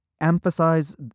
emphasize